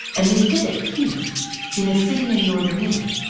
and they did it here in a city in northern italy,